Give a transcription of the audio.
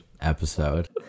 episode